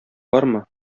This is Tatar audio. бармы